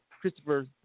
Christopher